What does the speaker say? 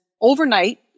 Overnight